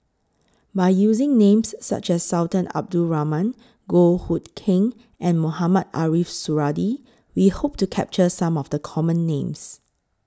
By using Names such as Sultan Abdul Rahman Goh Hood Keng and Mohamed Ariff Suradi We Hope to capture Some of The Common Names